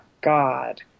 God